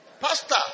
pastor